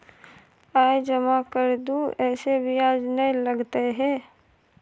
आय जमा कर दू ऐसे ब्याज ने लगतै है?